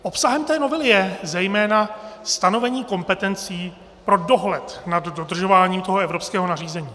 Obsahem novely je zejména stanovení kompetencí pro dohled nad dodržováním evropského nařízení.